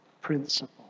principle